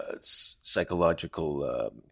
psychological